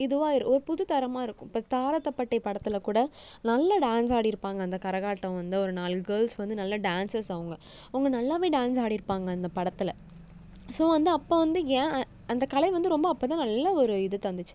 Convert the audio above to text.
இதுவாக இரு ஒரு புது தரமாக இருக்கும் இப்போ தார தப்பட்டை படத்தில் கூட நல்ல டான்ஸ் ஆடிருப்பாங்க அந்தக் கரகாட்டம் வந்து ஒரு நாலு கேர்ள்ஸ் வந்து நல்ல டான்ஸர்ஸ் அவங்க அவங்க நல்லாவே டான்ஸ் ஆடிருப்பாங்க அந்தப் படத்தில் ஸோ வந்து அப்போ வந்து ஏன் அந்தக் கலை வந்து ரொம்ப அப்போ தான் நல்ல ஒரு இது தந்துச்சு